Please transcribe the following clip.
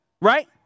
Right